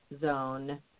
zone